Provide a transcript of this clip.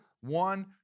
One